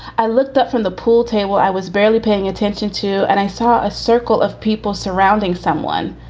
i looked up from the pool table. i was barely paying attention to and i saw a circle of people surrounding someone.